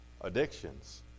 Addictions